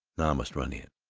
now i must run in.